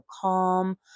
calm